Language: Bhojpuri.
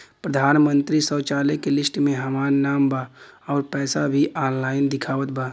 प्रधानमंत्री शौचालय के लिस्ट में हमार नाम बा अउर पैसा भी ऑनलाइन दिखावत बा